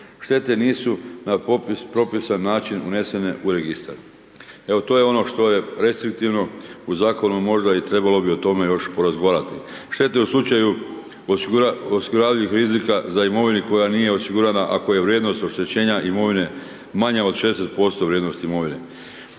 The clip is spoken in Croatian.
štete nisu na popis propisan način unesene u registar. Evo, to je ono što je recitativno u Zakonu možda i trebalo bi o tome još porazgovarati. Štete u slučaju osiguravajućih rizika za imovinu koja nije osigurana ako je vrijednost oštećenja imovine manja od 60% vrijednosti imovine.